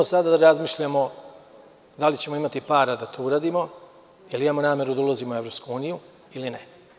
Moramo sada da razmišljamo da li ćemo imati para da to uradimo, jel imamo nameru da ulazimo u EU ili ne.